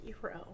hero